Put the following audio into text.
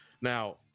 Now